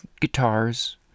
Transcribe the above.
guitars